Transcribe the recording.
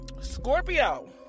Scorpio